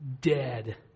dead